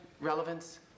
relevance